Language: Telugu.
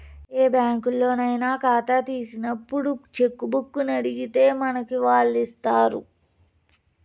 ఏ బ్యాంకులోనయినా కాతా తీసినప్పుడు చెక్కుబుక్కునడిగితే మనకి వాల్లిస్తారు